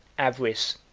avarice,